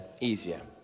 easier